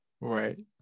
Right